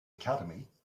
academy